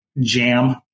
jam